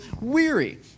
weary